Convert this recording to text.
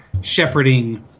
shepherding